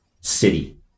city